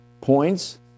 points